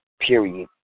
period